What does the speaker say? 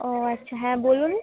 ও আচ্ছা হ্যাঁ বলুন